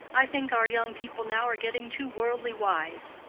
i think our young people now are getting too worldly wise.